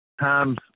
times